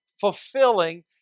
fulfilling